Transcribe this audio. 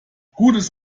gutes